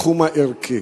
בתחום הערכי.